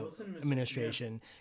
administration